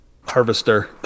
harvester